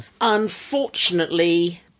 Unfortunately